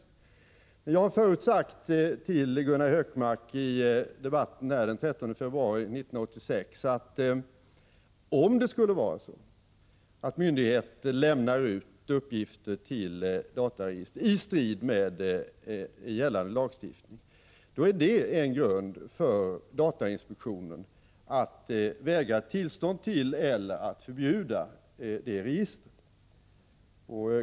191 Men jag har förut sagt till Gunnar Hökmark i debatten den 13 februari 1986, att om myndigheter lämnar ut uppgifter till dataregister i strid med gällande lagstiftning, är det en grund för datainspektionen att vägra tillstånd till eller att förbjuda det registret.